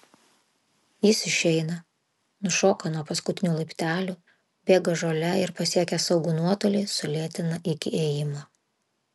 jis išeina nušoka nuo paskutinių laiptelių bėga žole ir pasiekęs saugų nuotolį sulėtina iki ėjimo